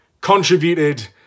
contributed